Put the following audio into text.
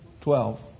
Twelve